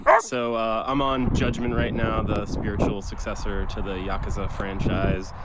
and so i'm on judgment right now, the spiritual successor to the yakuza franchise,